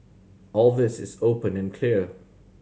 all this is open and clear